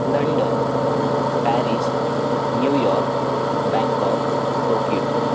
London Paris New York Bangkok Tokyo